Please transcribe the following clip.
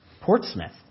Portsmouth